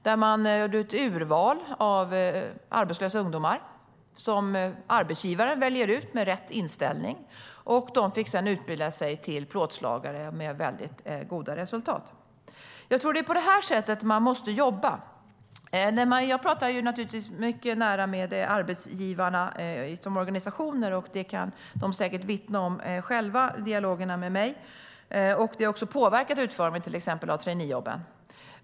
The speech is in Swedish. Arbetsgivaren har gjort ett urval bland arbetslösa ungdomar med rätt inställning som sedan fått utbilda sig till plåtslagare. Det har gett väldigt goda resultat. Jag tror att man måste jobba på det sättet. Jag har naturligtvis nära kontakter med arbetsgivarnas organisationer, och arbetsgivarna kan säkert själva vittna om dialogerna de har med mig. Det har påverkat utformningen av till exempel traineejobben.